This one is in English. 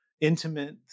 intimate